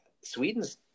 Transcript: Sweden's